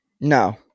No